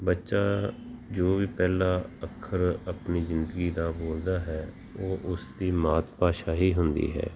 ਬੱਚਾ ਜੋ ਵੀ ਪਹਿਲਾ ਅੱਖਰ ਆਪਣੀ ਜ਼ਿੰਦਗੀ ਦਾ ਬੋਲਦਾ ਹੈ ਉਹ ਉਸ ਦੀ ਮਾਤ ਭਾਸ਼ਾ ਹੀ ਹੁੰਦੀ ਹੈ